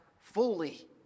fully